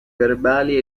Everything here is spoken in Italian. verbali